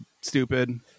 stupid